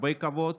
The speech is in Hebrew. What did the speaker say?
הרבה כבוד,